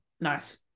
nice